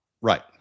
Right